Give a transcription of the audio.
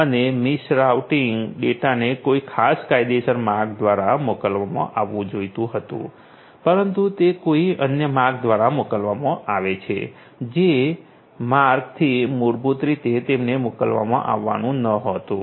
પછી મિસરાઉટીંગ ડેટાને કોઈ ખાસ કાયદેસર માર્ગ દ્વારા મોકલવામાં આવવું જોઈતું હતું પરંતુ તે કોઈ અન્ય માર્ગ દ્વારા મોકલવામાં આવે છે જે માર્ગ થી મૂળરીતે તેમને મોકલવામાં આવવાનું નહોતું